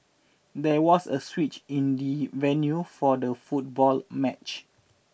there was a switch in the venue for the football match